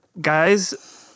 Guys